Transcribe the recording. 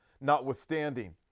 notwithstanding